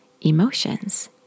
emotions